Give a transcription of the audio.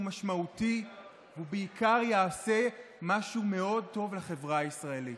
הוא משמעותי והוא בעיקר יעשה משהו מאוד טוב לחברה הישראלית.